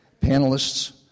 panelists